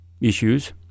issues